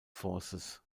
forces